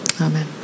Amen